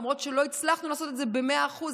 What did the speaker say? למרות שלא הצלחנו לעשות את זה במאה אחוז,